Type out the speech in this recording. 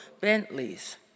Bentleys